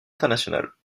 internationales